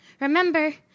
remember